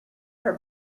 her